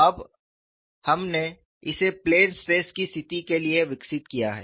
अब हमने इसे प्लेन स्ट्रेस की स्थिति के लिए विकसित किया है